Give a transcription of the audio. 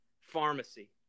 pharmacy